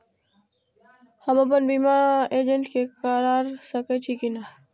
अपन बीमा बिना एजेंट के करार सकेछी कि नहिं?